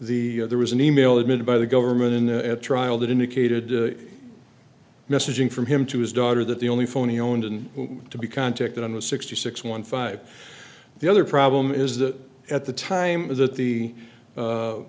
the there was an e mail admitted by the government in the trial that indicated messaging from him to his daughter that the only phone he owned and to be contact on was sixty six one five the other problem is that at the time that the